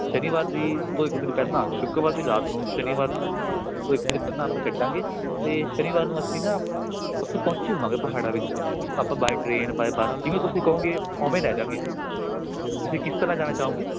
ਸ਼ਨੀਵਾਰ ਦੀ ਤੋਂ ਇੱਕ ਦਿਨ ਪਹਿਲਾਂ ਸ਼ੁਕਰਵਾਰ ਦੀ ਰਾਤ ਨੂੰ ਸ਼ਨੀਵਾਰ ਤੋਂ ਇੱਕ ਦਿਨ ਪਹਿਲਾਂ ਆਪਾਂ ਕੱਢਾਂਗੇ ਅਤੇ ਸ਼ਨੀਵਾਰ ਨੂੰ ਅਸੀਂ ਨਾ ਉੱਥੇ ਪਹੁੰਚੇ ਹੋਵਾਂਗੇ ਪਹਾੜਾਂ ਵਿੱਚ ਆਪਾਂ ਬਾਏ ਟਰੇਨ ਬਾਏ ਬੱਸ ਜਿਵੇਂ ਤੁਸੀਂ ਕਹੋਗੇ ਓਵੇਂ ਲੈ ਜਾਂਗੇ ਤੁਸੀਂ ਕਿਸ ਤਰ੍ਹਾਂ ਜਾਣਾ ਚਾਹੋਗੇ